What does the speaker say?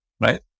right